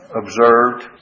observed